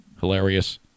Hilarious